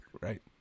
Right